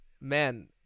Man